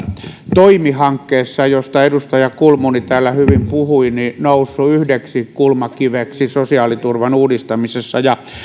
toimi hankkeessa josta edustaja kulmuni täällä hyvin puhui noussut yhdeksi kulmakiveksi sosiaaliturvan uudistamisessa